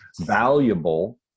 valuable